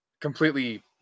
completely